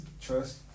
Trust